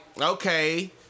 okay